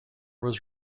was